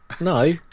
No